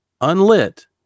unlit